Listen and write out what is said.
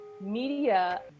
media